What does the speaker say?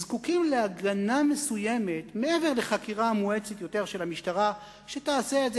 זקוקים להגנה מסוימת מעבר לחקירה מואצת יותר של המשטרה שתעשה את זה,